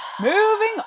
Moving